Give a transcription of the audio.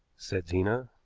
said zena.